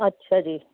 ਅੱਛਾ ਜੀ